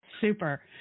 Super